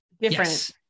different